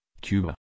Cuba